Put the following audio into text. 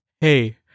hey